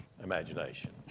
imagination